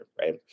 right